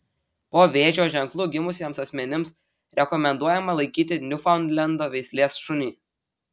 po vėžio ženklu gimusiems asmenims rekomenduojama laikyti niufaundlendo veislės šunį